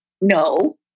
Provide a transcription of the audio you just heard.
No